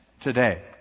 today